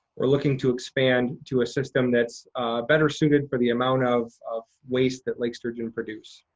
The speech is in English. we're looking to expand to a system that's better suited for the amount of of waste that lake sturgeon produce.